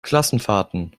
klassenfahrten